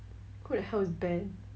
who the hell is ben